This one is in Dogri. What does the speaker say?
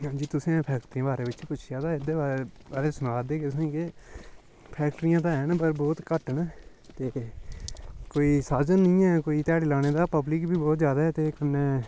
हां जी तुसें फैक्टरी दे बारे च पुच्छेआ ते एह्दे बारे च सनां दे तुसें कि फैक्ट्रियां ते हैन पर बोह्त घट्ट न ते कोई साधन नि ऐ कोई ध्याड़ी लाने दी पब्लिक बोह्त ज्यादा ऐ ते कन्नै